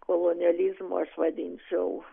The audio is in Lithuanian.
kolonializmo aš vadinčiau